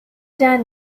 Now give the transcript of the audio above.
done